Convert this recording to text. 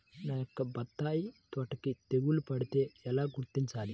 నా యొక్క బత్తాయి తోటకి తెగులు పడితే ఎలా గుర్తించాలి?